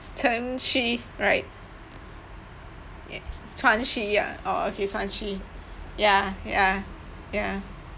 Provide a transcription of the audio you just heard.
chen xu right chuan xu ya orh okay chuan xu ya ya ya